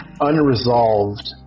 unresolved